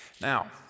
Now